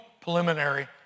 preliminary